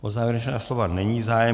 O závěrečná slova není zájem.